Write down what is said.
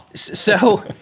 so,